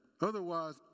Otherwise